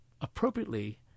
appropriately